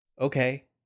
okay